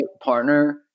partner